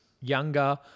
younger